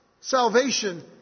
salvation